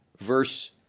verse